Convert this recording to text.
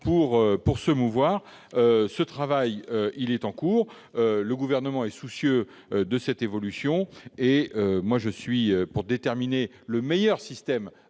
où se mouvoir. Ce travail est en cours. Le Gouvernement est soucieux de cette évolution et espère que l'on pourra déterminer le meilleur système